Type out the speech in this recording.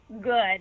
good